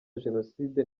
jenoside